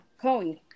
Cohen